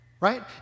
Right